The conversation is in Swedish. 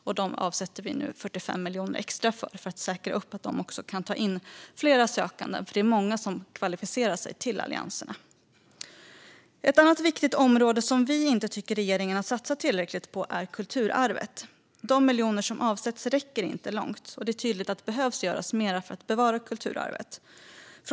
För dem avsätter vi nu 45 miljoner extra, för att säkra att de kan ta in fler sökande. Det är många som kvalificerar sig till allianserna. Ett annat viktigt område som vi tycker att regeringen inte har satsat tillräckligt på är kulturarvet. De miljoner som avsatts räcker inte långt. Det är tydligt att mer behöver göras för att bevara kulturarvet.